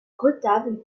retables